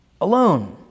alone